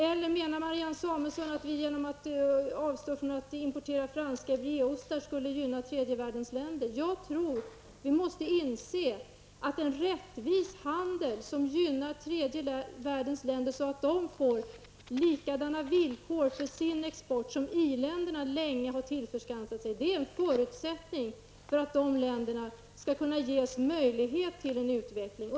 Eller menar Marianne Samuelsson att vi genom att avstå från att importera franska brieostar skulle gynna tredje världens länder? Jag tror att vi måste inse att en rättvis handel, som gynnar tredje världens länder, så att de får likadana villkor för sin export som i-länderna sedan länge har tillskansat sig, är en förutsättning för att de länderna skall ges möjlighet till en utveckling.